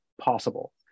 possible